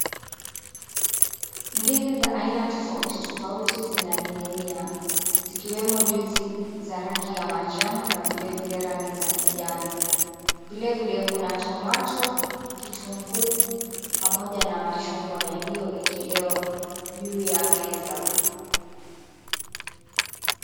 Ndizi za aina tofauti tofauti zinaning'inia zikiwemo ndizi za rangi ya manjano na vilevile rangi ya kijani. Vilevile kuna tomato, kitunguu pamoja na machungwa yaliyoekelewa juu ya meza.